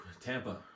Tampa